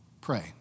Pray